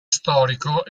storico